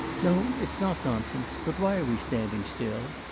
no, it's not nonsense. but why are we standing still?